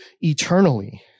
eternally